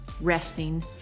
resting